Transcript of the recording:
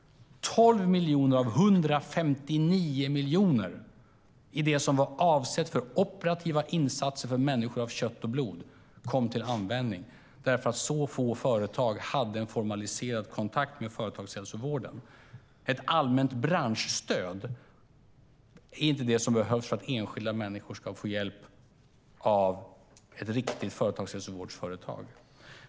12 miljoner av 159 miljoner som var avsedda för operativa insatser för människor av kött och blod kom till användning eftersom så få företag hade en formaliserad kontakt med företagshälsovården. Ett allmänt branschstöd är inte det som behövs för att enskilda människor ska få hjälp av ett riktigt företagshälsovårdsföretag.